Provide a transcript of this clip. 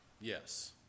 Yes